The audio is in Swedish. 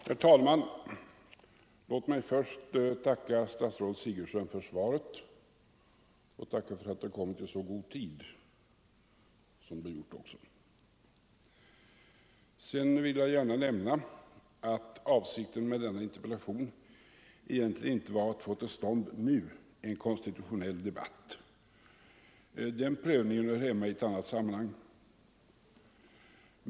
Herr talman! Låt mig först få tacka fru statsrådet Sigurdsen för svaret och för att det har lämnats i så god tid som fallet är. Avsikten med min interpellation har egentligen inte varit att nu få till stånd en konstitutionell debatt. Den prövningen hör hemma i ett annat sammanhang.